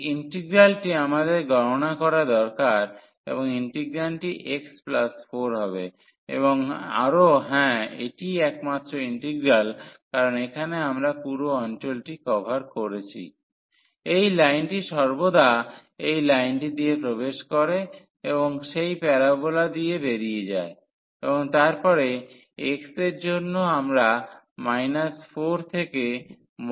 এই ইন্টিগ্রালটি আমাদের গণনা করা দরকার এবং ইন্টিগ্রান্ডটি x 4 হবে এবং আরও হ্যাঁ এটিই একমাত্র ইন্টিগ্রাল কারণ এখানে আমরা পুরো অঞ্চলটি কভার করেছি এই লাইনটি সর্বদা এই লাইনটি দিয়ে প্রবেশ করে এবং সেই প্যারোবোলা দিয়ে বেরিয়ে যায় এবং তারপরে x এর জন্য আমরা 4 থেকে 1 ও নিয়েছি